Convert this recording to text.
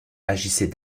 agissait